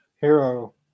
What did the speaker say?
Hero